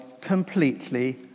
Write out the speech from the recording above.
completely